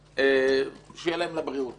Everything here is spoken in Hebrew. שיהיה להם לבריאות